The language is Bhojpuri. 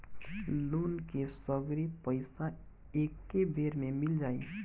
लोन के सगरी पइसा एके बेर में मिल जाई?